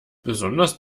besonders